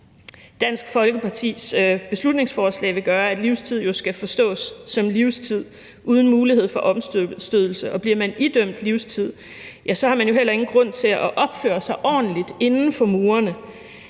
Dansk Folkepartis beslutningsforslag vil gøre, at livstid jo skal forstås som livstid uden mulighed for omstødelse. Og bliver man idømt livstid, ja, så har man jo ingen grund til at opføre sig ordentligt inden for murene.